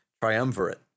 Triumvirate